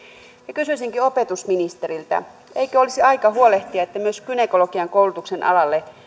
kysyisinkin opetusministeriltä eikö olisi aika huolehtia että myös gynekologian koulutusalalle